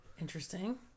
Interesting